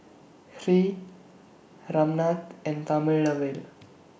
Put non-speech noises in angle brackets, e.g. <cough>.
Hri Ramnath and <noise> Thamizhavel